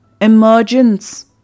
emergence